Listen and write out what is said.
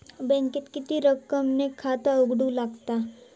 बँकेत किती रक्कम ने खाता उघडूक लागता?